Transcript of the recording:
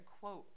quote